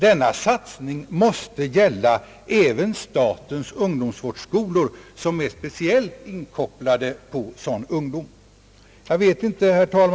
Denna satsning måste väl gälla även statens ungdomsvårdsskolor, som är speciellt inkopplade på sådan ungdom.